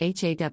HAW